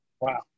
Wow